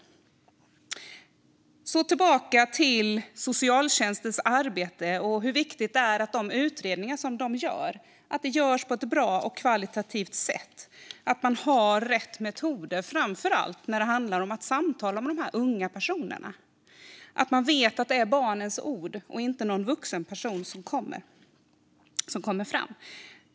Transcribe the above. Jag vill gå tillbaka till socialtjänstens arbete och hur viktigt det är att deras utredningar görs på ett bra och högkvalitativt sätt och att de har rätt metoder, framför allt när det handlar om att samtala med unga personer så att man vet att det är barnens ord och inte någon vuxen persons ord som kommer fram.